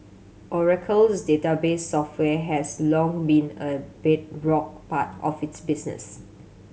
Oracle's database software has long been a bedrock part of its business